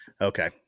Okay